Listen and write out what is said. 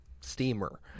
steamer